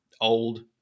old